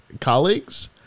colleagues